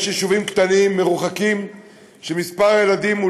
יש יישובים קטנים ומרוחקים שמספר הילדים בהם